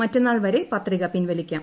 മറ്റന്നാൾ വരെ പത്രിക പിൻവലിക്കാം